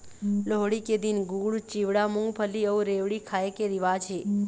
लोहड़ी के दिन गुड़, चिवड़ा, मूंगफली अउ रेवड़ी खाए के रिवाज हे